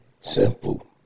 Simple